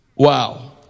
Wow